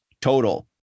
total